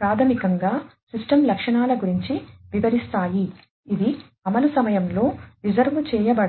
ప్రాథమికంగా సిస్టమ్ లక్షణాల గురించి వివరిస్తాయి ఇది అమలు సమయంలో రిజర్వు చేయబడాలి